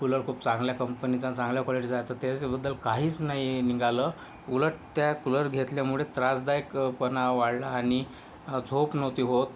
की कूलर खूप चांगल्या कंपनीचा चांगल्या क्वालिटीचा आहे तर त्याच्याबद्दल काहीच नाही निघालं उलट त्या कूलर घेतल्यामुळे त्रासदायकपणा वाढला आणि झोप नव्हती होत